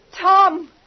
Tom